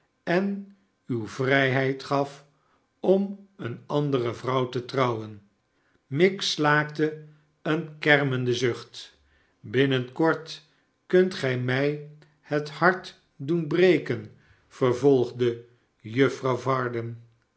en u vrijheid gaf om eene andere vrouw te trouwen miggs slaakte een kermenden zucht binnen kort zult gij mij het hart doen breken vervolgde juffrouw varden